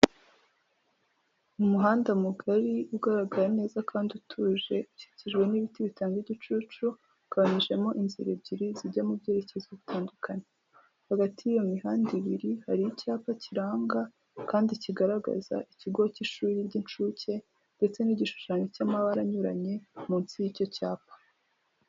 Umuhanda mugari ugaragara neza kandi utuje ukikijwe n'ibiti bitanga igicucu, ugabanyijemo inzira ebyiri zijya mu byerekezo bitandukanye, hagati y'iyo mihanda ibiri hari icyapa kiranga kandi kigaragaza ikigo cy'ishuri ry'incuke ndetse n'igishushanyo cy'amabara anyuranye munsi y'icyo cyapa.